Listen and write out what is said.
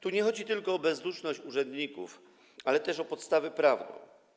Tu nie chodzi tylko o bezduszność urzędników, ale też o podstawę prawną.